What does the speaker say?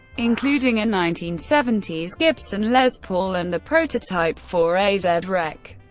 including a nineteen seventy s gibson les paul and the prototype for a z wreck,